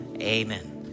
amen